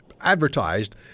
advertised